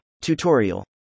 Tutorial